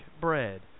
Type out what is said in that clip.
bread